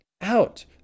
out